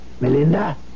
Melinda